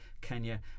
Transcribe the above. Kenya